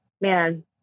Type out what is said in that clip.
man